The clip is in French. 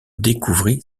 découvrit